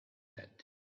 that